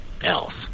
else